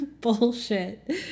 bullshit